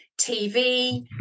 TV